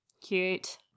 Cute